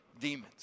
demons